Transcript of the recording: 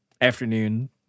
afternoon